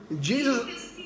Jesus